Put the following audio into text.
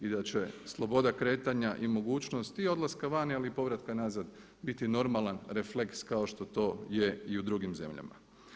I da će sloboda kretanja i mogućnosti i odlaska van ali i povratka nazad biti normalan refleks kao što to je i u drugim zemljama.